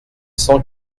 cent